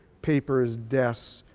papers, desks,